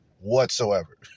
whatsoever